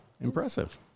impressive